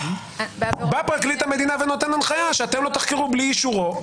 בא פרקליט המדינה ונותן הנחייה שאתם לא תחקרו בלי אישורו,